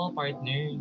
partner